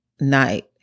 night